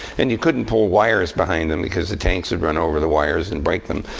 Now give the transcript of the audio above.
and you couldn't pull wires behind them, because the tanks would run over the wires and break them.